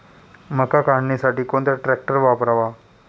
मका काढणीसाठी कोणता ट्रॅक्टर वापरावा?